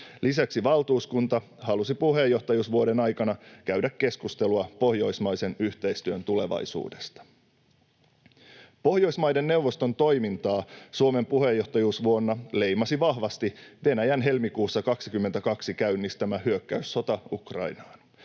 Lisäksi valtuuskunta halusi puheenjohtajuusvuoden aikana käydä keskustelua pohjoismaisen yhteistyön tulevaisuudesta. Pohjoismaiden neuvoston toimintaa Suomen puheenjohtajuusvuonna leimasi vahvasti Venäjän helmikuussa 22 käynnistämä hyökkäyssota Ukrainaan.